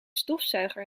stofzuiger